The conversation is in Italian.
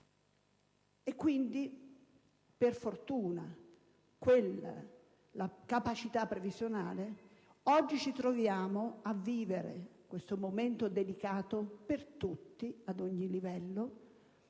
Quindi, per fortuna, grazie a quelle capacità previsionale, oggi ci troviamo a vivere questo momento, delicato per tutti ad ogni livello,